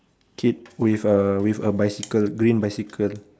kid with a with a bicycle green bicycle